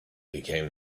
became